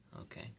Okay